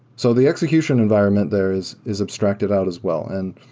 so the execution environment there is is abstracted out as well. and